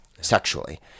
sexually